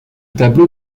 tableau